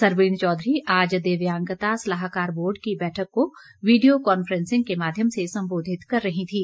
सरवीण चौधरी आज दिव्यांगता सलाहकार बोर्ड की बैठक को वीडियो कॉन्फ्रेंसिंग के माध्यम से संबोधित कर रही थीं